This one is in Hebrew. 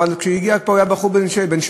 אבל כשהוא הגיע לפה הוא היה בן 17,